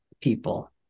people